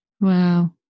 Wow